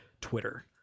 Twitter